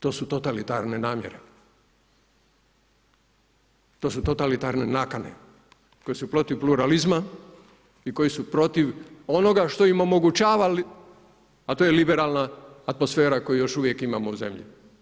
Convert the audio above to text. To su totalitarne namjere, to su totalitarne nakane koji su protiv pluralizma i koje su protiv onoga što im omogućava, a to je liberalna atmosfera koju još uvijek imamo u zemlji.